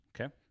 Okay